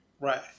Right